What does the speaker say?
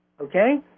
Okay